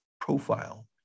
profile